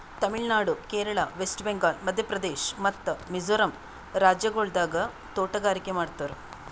Tamil Nadu, Kerala, West Bengal, Madhya Pradesh ಮತ್ತ ಮಿಜೋರಂ ರಾಜ್ಯಗೊಳ್ದಾಗ್ ತೋಟಗಾರಿಕೆ ಮಾಡ್ತಾರ್